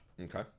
Okay